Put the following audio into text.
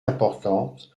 importante